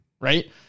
right